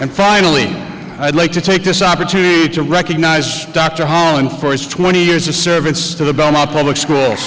and finally i'd like to take this opportunity to recognize dr holland for his twenty years of service to the belmont public schools